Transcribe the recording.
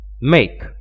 make